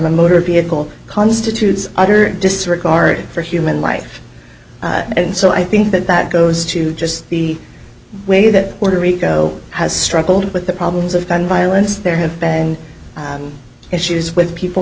a motor vehicle constitutes utter disregard for human life and so i think that that goes to just the way that puerto rico has struggled with the problems of gun violence there have been issues with people